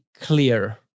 clear